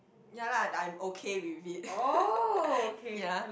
ya lah I'm okay with it ya